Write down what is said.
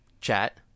chat